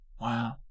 Wow